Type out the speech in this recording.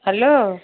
hello